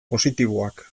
positiboak